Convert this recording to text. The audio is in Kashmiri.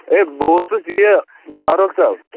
ہے بہٕ اوسُس یہِ فاروق صٲب